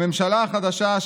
הממשלה החדשה,